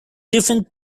different